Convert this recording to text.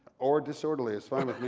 or disorderly, it's fine